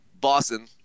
Boston